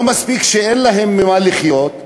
לא מספיק שאין להם ממה לחיות,